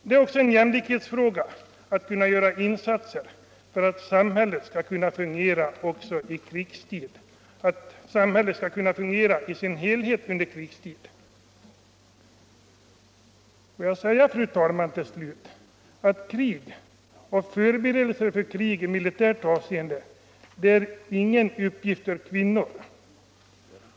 Det är också jämlikhet att göra insatser för att samhället i dess helhet skall kunna fungera i krigstid. Låt mig till sist, fru talman, säga att krig och militära förberedelser för krig inte är någon uppgift för kvinnor.